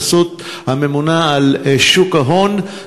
בחסות הממונה על שוק ההון,